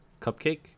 cupcake